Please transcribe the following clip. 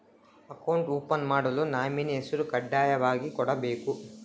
Account open ಮಾಡಲು nominee ಹೆಸರು ಕಡ್ಡಾಯವಾಗಿ ಕೊಡಬೇಕಾ?